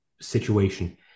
situation